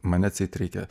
mane atseit reikia